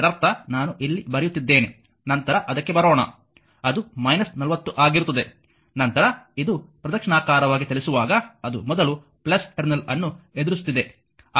ಇದರರ್ಥ ನಾನು ಇಲ್ಲಿ ಬರೆಯುತ್ತಿದ್ದೇನೆ ನಂತರ ಅದಕ್ಕೆ ಬರೋಣ ಅದು 40 ಆಗಿರುತ್ತದೆ ನಂತರ ಇದು ಪ್ರದಕ್ಷಿಣಾಕಾರವಾಗಿ ಚಲಿಸುವಾಗ ಅದು ಮೊದಲು ಟರ್ಮಿನಲ್ ಅನ್ನು ಎದುರಿಸುತ್ತಿದೆ